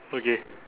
okay